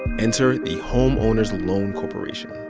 enter the home owners loan corp.